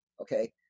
Okay